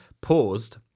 paused